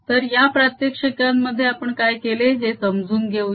तर या प्रात्याक्षिकांमध्ये आपण काय केले हे समजून घेऊया